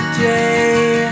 day